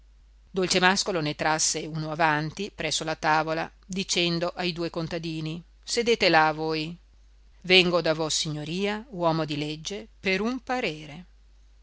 chiosco dolcemàscolo ne trasse uno avanti presso la tavola dicendo ai due contadini sedete là voi vengo da vossignoria uomo di legge per un parere